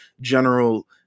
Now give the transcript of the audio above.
general